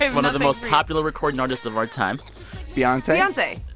one of the most popular recording artists of our time beyonce beyonce